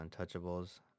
Untouchables